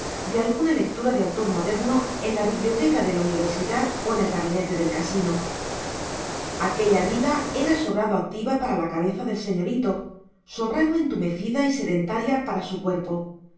de alguna lectura de autor moderno en la biblioteca de la universidad o en el gabinete del casino aquella vida era sobrado activa para la cabeza del señorito sobrado entumecida y sedentaria para su cuerpo